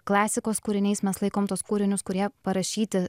klasikos kūriniais mes laikom tuos kūrinius kurie parašyti